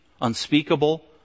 unspeakable